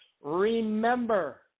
Remember